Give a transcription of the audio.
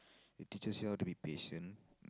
it teaches you how to be patient